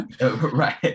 right